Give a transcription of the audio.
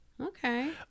okay